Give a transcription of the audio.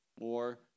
more